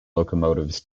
locomotives